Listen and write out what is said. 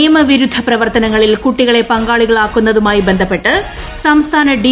നിയമവിരുദ്ധ പ്രവർത്തനങ്ങളിൽ കുട്ടികളെ പങ്കാളികളാക്കുന്നതുമായി ബന്ധപ്പെട്ട് സംസ്ഥാന ഡി